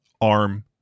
arm